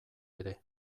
ere